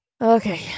okay